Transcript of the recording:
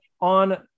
on